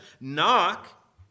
knock